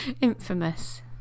infamous